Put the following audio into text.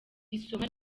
isomwa